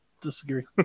disagree